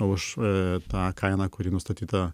už a tą kainą kuri nustatyta